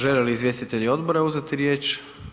Žele li izvjestitelji odbora uzeti riječ?